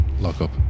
lockup